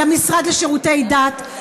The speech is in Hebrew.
למשרד לשירותי דת,